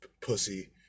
pussy